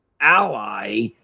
ally